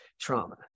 trauma